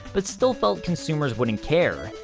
but still felt consumers wouldn't care.